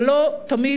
זה לא תמיד